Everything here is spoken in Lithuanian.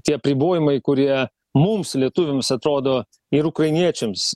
tie apribojimai kurie mums lietuviams atrodo ir ukrainiečiams